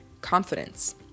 confidence